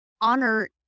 honor